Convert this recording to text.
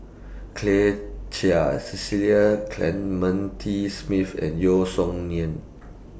Claire Chiang Cecil Clementi Smith and Yeo Song Nian